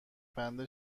بند